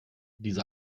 diese